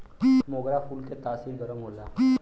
मोगरा फूल के तासीर गरम होला